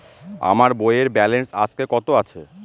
আমার বইয়ের ব্যালেন্স আজকে কত আছে?